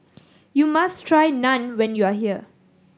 you must try Naan when you are here